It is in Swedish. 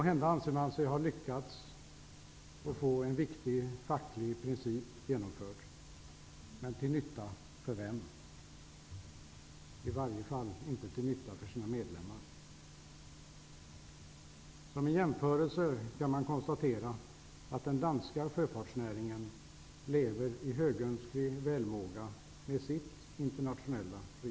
Måhända anser man sig ha lyckats få en viktig facklig princip genomförd, men till nytta för vem? I varje fall inte till nytta för förbundets medlemmar. Som en jämförelse kan konstateras att den danska sjöfartsnäringen lever i högönsklig välmåga med sitt internationella register.